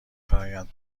فرایند